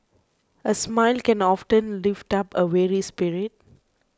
a smile can often lift up a weary spirit